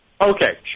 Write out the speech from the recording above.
Okay